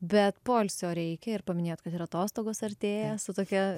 bet poilsio reikia ir paminėjot kad ir atostogos artėja su tokia